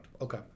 Okay